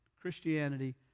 Christianity